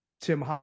Tim